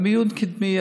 מיון קדמי,